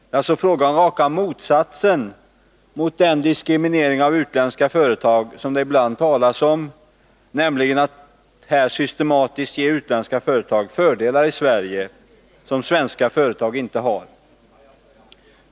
Det är alltså fråga om raka motsatsen till den diskriminering av utländska företag som det ibland talas om, dvs. att man här systematiskt skulle ge utländska företag fördelar i Sverige som svenska företag inte har.